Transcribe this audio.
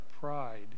pride